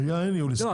לא,